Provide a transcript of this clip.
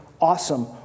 awesome